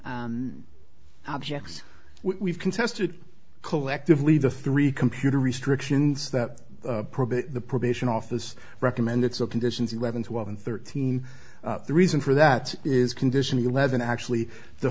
objects we've contested collectively the three computer restrictions that the probation office recommended so conditions eleven twelve and thirteen the reason for that is condition eleven actually the